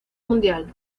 mundial